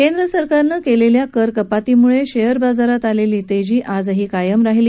केंद्र सरकारनं केलेल्या करकपातीमुळे शेअर बाजारात आलेली तेजी आजही कायम राहिली